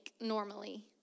normally